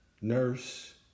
nurse